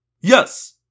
Yes